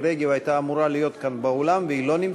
מאוד.